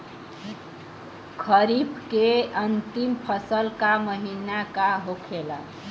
खरीफ के अंतिम फसल का महीना का होखेला?